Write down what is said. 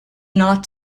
not